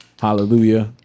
Hallelujah